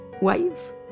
wife